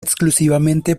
exclusivamente